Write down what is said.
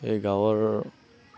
এই গাঁৱৰ